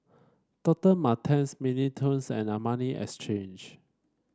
Doctor Martens Mini Toons and Armani Exchange